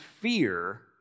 fear